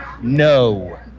no